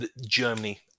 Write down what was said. Germany